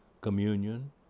communion